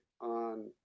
on